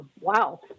Wow